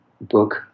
book